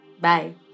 Bye